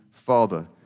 Father